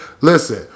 Listen